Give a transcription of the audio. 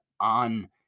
on